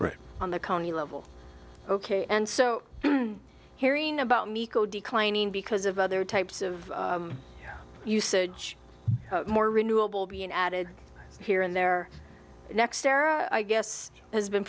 right on the county level ok and so hearing about nico declining because of other types of usage more renewable being added here and there next era i guess has been